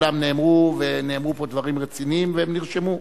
ונאמרו דברים רציניים והם נרשמו,